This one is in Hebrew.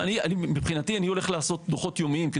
מבחינתי אני הולך לעשות דוחות יומיים,